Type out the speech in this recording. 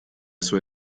sua